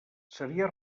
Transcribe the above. seria